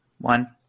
one –